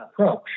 approach